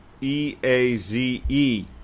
e-a-z-e